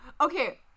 Okay